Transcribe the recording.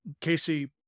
Casey